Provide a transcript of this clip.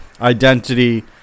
identity